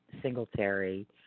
Singletary